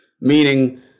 meaning